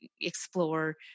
explore